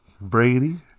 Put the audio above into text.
Brady